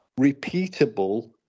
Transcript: repeatable